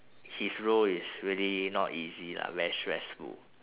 his role is really not easy lah very stressful